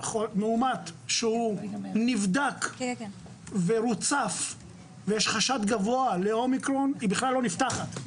מאומת שהוא נבדק ורוצף ויש חשד גבוה לאומיקרון היא בכלל לא נפתחת,